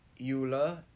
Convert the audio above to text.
Eula